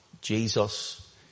Jesus